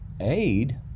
aid